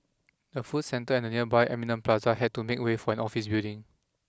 the food centre and the nearby Eminent Plaza had to make way for an office building